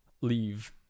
leave